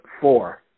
four